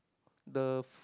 the